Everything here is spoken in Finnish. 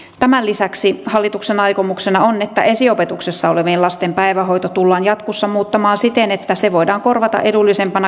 tämän lisäksi hallituksen aikomuksena on että esiopetuksessa olevien lasten päivähoito tullaan jatkossa muuttamaan siten että se voidaan korvata edullisempana kerhotoimintana